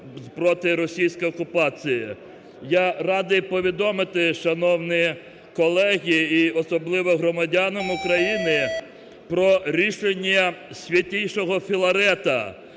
Я радий повідомити, шановні колеги, і особливо громадянам України, про рішення Святішого Філарета